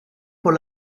con